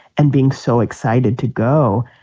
and being so excited to go.